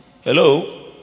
hello